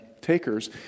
takers